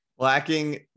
Lacking